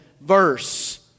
verse